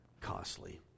costly